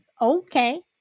okay